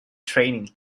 training